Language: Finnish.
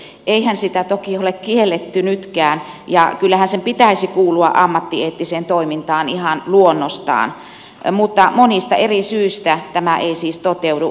eihän sitä toki ole kielletty nytkään ja kyllähän sen pitäisi kuulua ammattieettiseen toimintaan ihan luonnostaan mutta monista eri syistä tämä ei siis toteudu